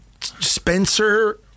Spencer